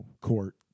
court